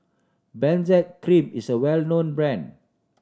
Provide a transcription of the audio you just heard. Benzac Cream is a well known brand